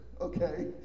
okay